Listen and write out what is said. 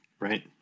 Right